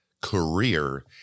career